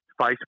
Facebook